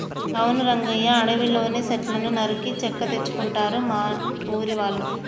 అవును రంగయ్య అడవిలోని సెట్లను నరికి చెక్క తెచ్చుకుంటారు మా ఊరి వాళ్ళు